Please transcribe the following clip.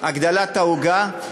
הגדלת העוגה,